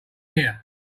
here